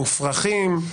מופרכים,